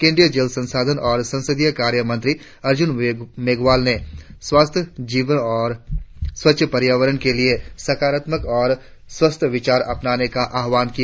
केंद्रीय जल संसाधन और संसदीय कार्य मंत्री अर्जुन मेघवाल ने स्वस्थ जीवन और स्वच्छ पर्यावरण के लिए सकारात्मक और स्वस्थ विचार अपनाने का आह्वान किया